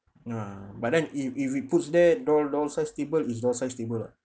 no no no but then if if it puts there doll doll sized table is doll sized table [what]